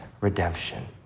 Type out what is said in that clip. redemption